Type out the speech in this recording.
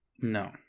No